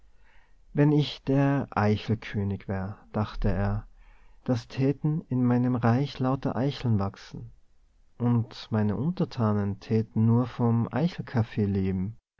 wenn ich der eichelkönig wär dachte er da täten in meinem reich lauter eicheln wachsen und meine untertanen täten nur von eichelkaffee leben